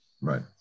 Right